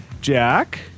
Jack